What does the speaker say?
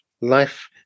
life